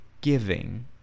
giving